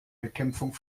bekämpfung